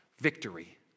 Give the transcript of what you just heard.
Victory